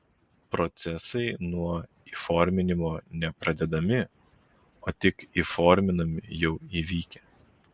procesai nuo įforminimo ne pradedami o tik įforminami jau įvykę